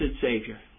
Savior